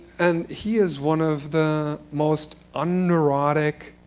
and he is one of the most un-neurotic,